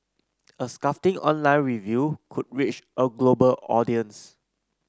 a scathing online review could reach a global audience